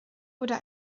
wurde